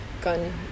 gun